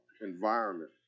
environment